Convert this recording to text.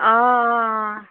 অঁ অঁ